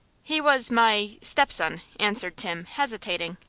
he was my stepson, answered tim, hesitating.